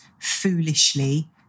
Foolishly